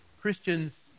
Christians